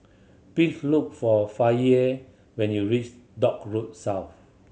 please look for Faye when you reach Dock Road South